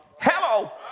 Hello